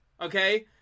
okay